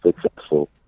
successful